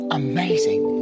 amazing